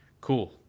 cool